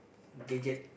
gadget